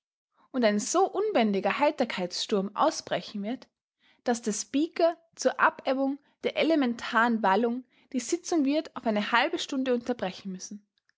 und ein so unbändiger heiterkeitssturm ausbrechen wird daß der speaker zur abebbung der elementaren wallung die sitzung wird auf eine halbe stunde unterbrechen müssen